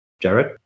Jared